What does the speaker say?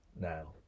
now